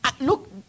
Look